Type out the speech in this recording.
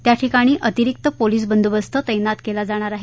त्याठिकाणी अतिरिक्त पोलीस बंदोबस्त तक्ति केला जाणार आहे